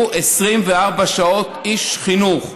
הוא 24 שעות איש חינוך.